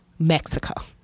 Mexico